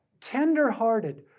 tenderhearted